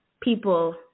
people